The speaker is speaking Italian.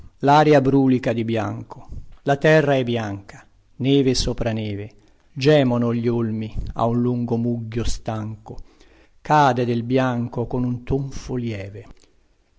laria brulica di bianco la terra è bianca neve sopra neve gemono gli olmi a un lungo mugghio stanco cade del bianco con un tonfo lieve